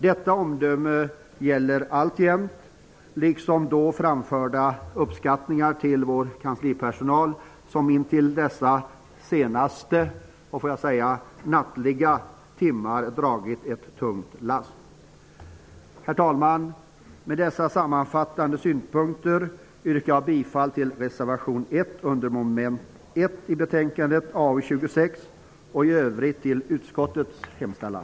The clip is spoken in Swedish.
Detta omdöme gäller alltjämt, liksom då framförda uppskattningar till vår kanslipersonal som intill dessa senaste -- och, får jag säga, nattliga -- timmar dragit ett tungt lass. Herr talman! Med dessa sammanfattande synpunkter yrkar jag bifall till reservation 1 under mom. 1 i betänkande AU26 och i övrigt till utskottets hemställan.